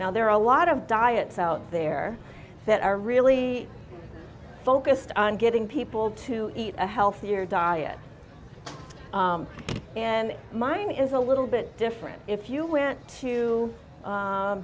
now there are a lot of diets out there that are really focused on getting people to eat a healthier diet and mine is a little bit different if you went to